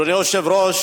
אדוני היושב-ראש,